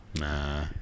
Nah